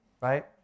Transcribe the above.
right